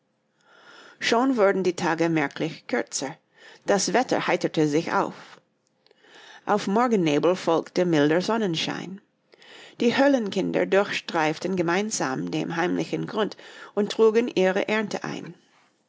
schon wurden die tage merklich kürzer das wetter heiterte sich auf auf morgennebel folgte milder sonnenschein die höhlenkinder durchstreiften gemeinsam den heimlichen grund und trugen ihre ernte ein